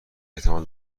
احتمال